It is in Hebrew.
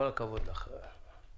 כל הכבוד לך, אימאן.